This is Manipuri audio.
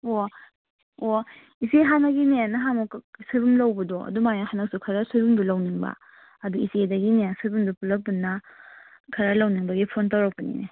ꯑꯣ ꯑꯣ ꯏꯆꯦ ꯍꯥꯟꯅꯒꯤꯅꯦ ꯅꯍꯥꯟꯃꯨꯛ ꯁꯣꯏꯕꯨꯝ ꯂꯧꯕꯗꯣ ꯑꯗꯨꯝ ꯍꯥꯏꯅ ꯍꯟꯗꯛꯁꯨ ꯈꯔ ꯁꯣꯏꯕꯨꯝꯗꯨ ꯂꯧꯅꯤꯡꯕ ꯑꯗꯨ ꯏꯆꯦꯗꯒꯤꯅꯦ ꯁꯣꯏꯕꯨꯝꯗꯨ ꯄꯨꯂꯞ ꯄꯨꯟꯅ ꯈꯔ ꯂꯧꯅꯤꯡꯕꯒꯤ ꯐꯣꯟ ꯇꯧꯔꯛꯄꯅꯤꯅꯦ